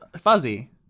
Fuzzy